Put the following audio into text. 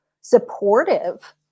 supportive